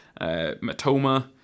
Matoma